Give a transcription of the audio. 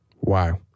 Wow